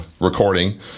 recording